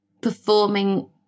performing